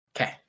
Okay